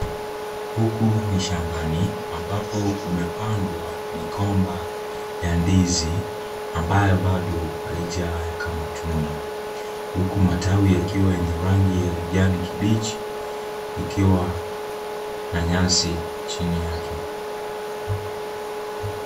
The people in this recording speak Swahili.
Huku ni shambani ambapo kumepandwa migomba ya ndizi ambayo bado haijaweka matunda, huku matawi yakiwa yenye rangi ya kijani kibichi ikiwa na nyasi chini yake.